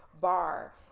Bar